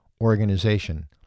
organization